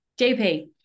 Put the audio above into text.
JP